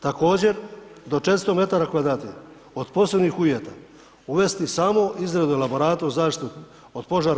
Također do 400 metara kvadratnih od posebnih uvjeta uvesti samo izradu elaborata u zaštitu od požara.